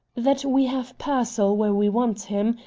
that we have pearsall where we want him,